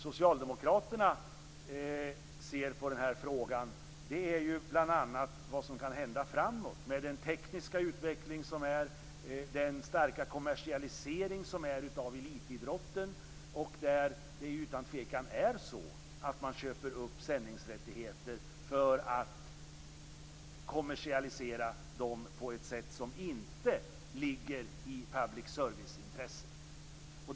Socialdemokraterna ser på vad som kan hända framåt i den här frågan med den tekniska utveckling som sker och med den starka kommersialisering som sker av elitidrotten. Det är utan tvekan så att man köper upp sändningsrättigheter för att kommersialisera detta på ett sätt som inte ligger i public serviceintresset.